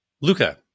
Luca